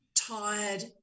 tired